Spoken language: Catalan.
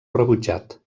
rebutjat